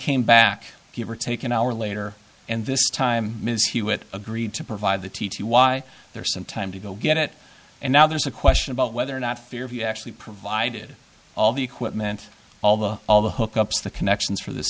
came back give or take an hour later and this time ms hewitt agreed to provide the t t y there some time to go get it and now there's a question about whether or not fear of you actually provided all the equipment all the all the hookups the connections for this